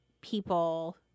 people